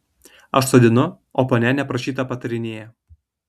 aš sodinu o ponia neprašyta patarinėja